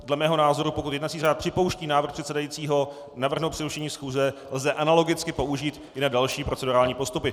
Dle mého názoru, pokud jednací řád připouští návrh předsedajícího navrhnout přerušení schůze, lze analogicky použít i na další procedurální postupy.